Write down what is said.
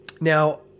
Now